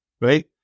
right